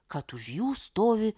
kad už jų stovi